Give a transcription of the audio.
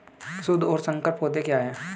शुद्ध और संकर पौधे क्या हैं?